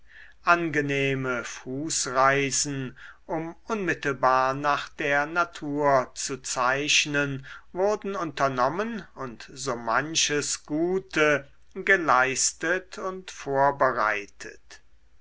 angenehme fußreisen um unmittelbar nach der natur zu zeichnen wurden unternommen und so manches gute geleistet und vorbereitet